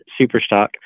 Superstock